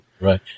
Right